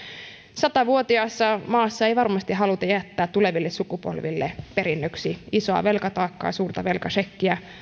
sata vuotiaassa maassa ei varmasti haluta jättää tuleville sukupolville perinnöksi isoa velkataakkaa suurta velkasekkiä